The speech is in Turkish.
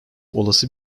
olası